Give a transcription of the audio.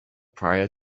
prior